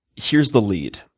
here's the lead.